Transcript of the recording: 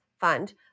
fund